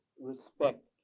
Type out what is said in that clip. respect